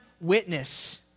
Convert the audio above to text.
witness